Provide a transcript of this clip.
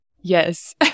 yes